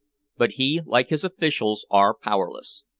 but he, like his officials, are powerless.